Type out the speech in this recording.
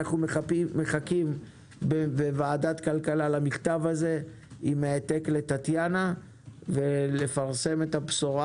אנו מחכים בוועדת כלכלה למכתב הזה עם העתק לטטיאנה ולפרסם את הבשורה